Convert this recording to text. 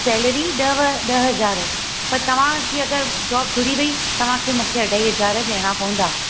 salary ॾव ॾह हज़ार पर तव्हां जीअं त जॉब घुरी हुई तव्हांखे मूंखे अढाई हज़ार ॾियणा पवंदा